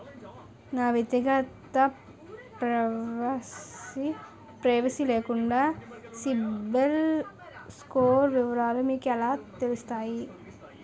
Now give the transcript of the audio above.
నా వ్యక్తిగత ప్రైవసీ లేకుండా సిబిల్ స్కోర్ వివరాలు మీకు ఎలా తెలుస్తాయి?